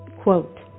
quote